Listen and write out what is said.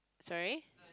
sorry